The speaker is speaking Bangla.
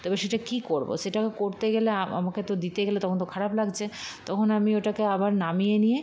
তবে সেটা কী করব সেটাকে করতে গেলে আমাকে তো দিতে গেলে তখন তো খারাপ লাগছে তখন আমি ওটাকে আবার নামিয়ে নিয়ে